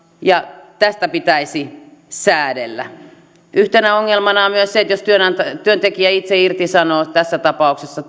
ja tästä pitäisi säädellä yhtenä ongelmana on myös se että jos työntekijä itse irtisanoo tässä tapauksessa